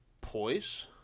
poise